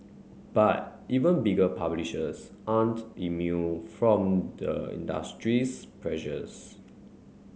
but even bigger publishers aren't immune from the industry's pressures